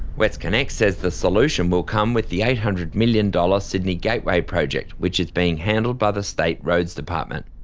westconnex says the solution will come with the eight hundred million dollars sydney gateway project, which is being handled by the state roads department.